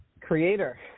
Creator